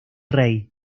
rey